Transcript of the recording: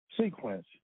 sequence